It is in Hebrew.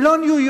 הם לא ניו-יורק